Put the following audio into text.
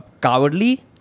cowardly